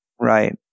Right